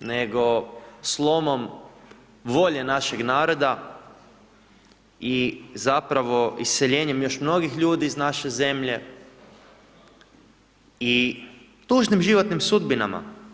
nego slomom volje našeg naroda i zapravo iseljenjem još mnogih ljudi iz naše zemlje, i tužnim životnim sudbinama.